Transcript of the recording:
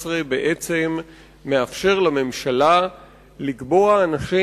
14 בעצם מאפשר לממשלה לקבוע אנשים